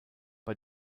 bei